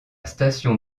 station